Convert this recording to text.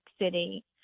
City